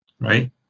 right